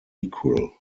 equal